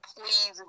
please